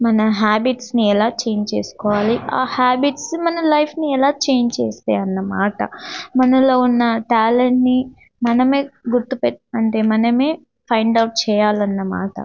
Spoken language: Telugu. మన హ్యాబిట్స్ని ఎలా చేంజ్ చేసుకోవాలి ఆ హ్యాబిట్స్ మన లైఫ్ని ఎలా చేంజ్ చేస్తే అన్నమాట మనలో ఉన్న టాలెంట్ని మనమే గుర్తుపట్ అంటే మనమే ఫైండ్ అవుట్ చేయాలన్నమాట